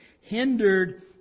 Hindered